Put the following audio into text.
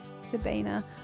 Sabina